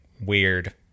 weird